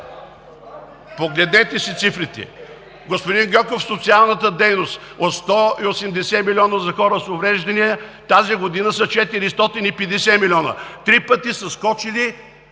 Погледнете си цифрите! Господин Гьоков, социалната дейност – от 180 милиона за хора с увреждания, тази година са 450 милиона. Три пъти е скочило